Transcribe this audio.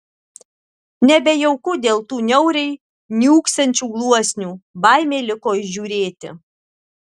nebejauku dėl tų niauriai niūksančių gluosnių baimė liko žiūrėti